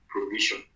provision